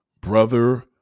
brother